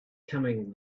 coming